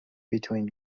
between